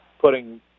putting